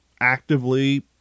actively